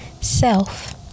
self